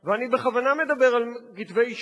ואני בכוונה מדבר על כתבי אישום,